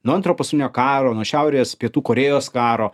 nuo antro pasaulinio karo nuo šiaurės pietų korėjos karo